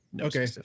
Okay